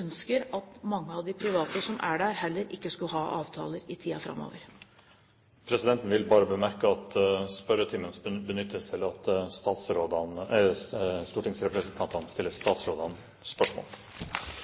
ønsker at mange av de private som er der, ikke skal ha avtaler i tiden framover. Presidenten vil bemerke at spørretimen kun skal benyttes til at stortingsrepresentantene stiller statsrådene spørsmål.